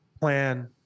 Plan